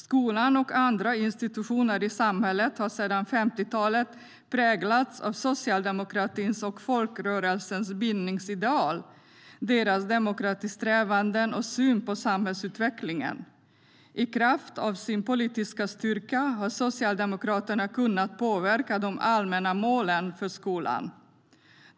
Skolan och andra institutioner i samhället har sedan 1950-talet präglats av socialdemokratins och folkrörelsens bildningsideal, deras demokratisträvanden och deras syn på samhällsutvecklingen. I kraft av sin politiska styrka har Socialdemokraterna kunnat påverka de allmänna målen för skolan.